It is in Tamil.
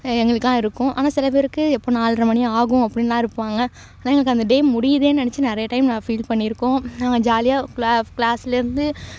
எங்களுக்கெல்லாம் இருக்கும் ஆனால் சில பேருக்கு எப்போ நால்ரை மணி ஆகும் அப்படின்லாம் இருப்பாங்க ஆனால் எங்களுக்கு அந்த டே முடியுதேன்னு நெனைச்சி நிறைய டைம் நான் ஃபீல் பண்ணியிருக்கோம் நாங்கள் ஜாலியாக கிளாஸ்லேருந்து